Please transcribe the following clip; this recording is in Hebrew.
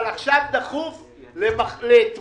אבל עכשיו דחוף לאתמול,